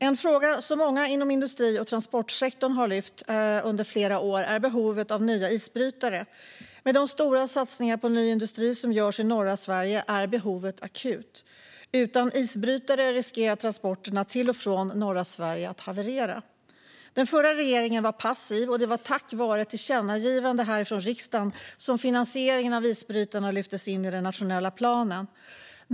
En fråga som många inom industri och transportsektorn har lyft under flera år är behovet av nya isbrytare. Med de stora satsningar på ny industri som görs i norra Sverige är behovet akut. Utan isbrytare riskerar transporterna till och från norra Sverige att haverera. Den förra regeringen var passiv, och det var tack vare ett tillkännagivande härifrån riksdagen som finansieringen av isbrytarna lyftes in i den nationella planen.